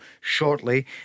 shortly